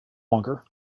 longer